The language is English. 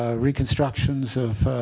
ah reconstructions of